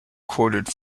quoted